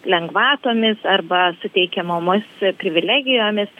lengvatomis arba suteikiamomis privilegijomis